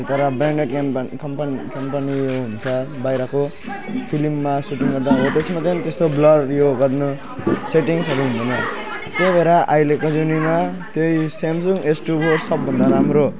तर branded company company कम्पनीहरू हुन्छ बाहिरको फिल्ममा सुटिङ गर्दा हो त्यसमा चाहिँ त्यस्तो ब्लरहरू यो गर्न सेटिङ्सहरू हुँदैन त्यो भएर अहिलेको जुनीमा त्यही स्यामसुङ एस टू फोर सबभन्दा राम्रो हो